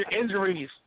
injuries